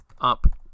up